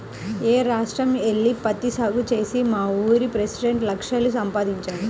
యేరే రాష్ట్రం యెల్లి పత్తి సాగు చేసి మావూరి పెసిడెంట్ లక్షలు సంపాదించాడు